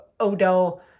Odell